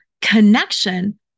connection